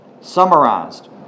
Summarized